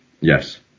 Yes